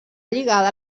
lligada